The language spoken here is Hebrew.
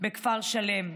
בכפר שלם.